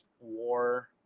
War